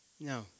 No